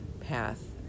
path